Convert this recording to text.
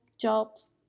jobs